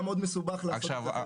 זה היה מאוד מסובך לעשות את זה.